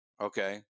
Okay